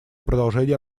продолжения